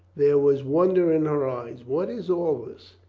there was wonder in her eyes. what is all this?